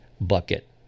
bucket